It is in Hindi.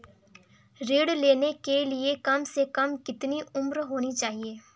ऋण लेने के लिए कम से कम कितनी उम्र होनी चाहिए?